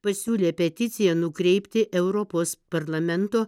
pasiūlė peticiją nukreipti europos parlamento